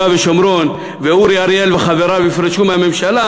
ושומרון ואורי אריאל וחבריו יפרשו מהממשלה,